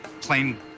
plain